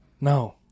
No